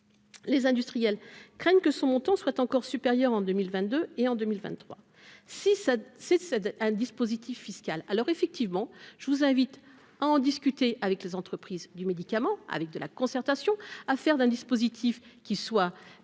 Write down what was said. Les industriels craignent que son montant soit encore supérieur en 2000 22 et en 2023 6 7 7 un dispositif fiscal alors effectivement, je vous invite à en discuter avec les entreprises du médicament avec de la concertation à faire d'un dispositif qui soit